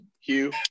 hugh